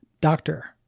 Doctor